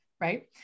right